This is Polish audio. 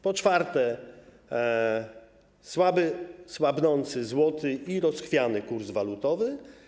Po czwarte, mamy słabnący złoty i rozchwiany kurs walutowy.